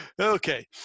Okay